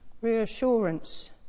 reassurance